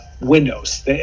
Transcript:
windows